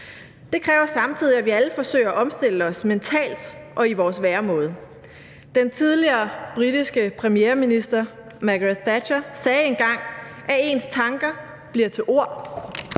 Det kræver samtidig, at vi alle forsøger at omstille os mentalt og i vores væremåde. Den tidligere britiske premierminister Margaret Thatcher sagde engang, at ens tanker bliver til ord,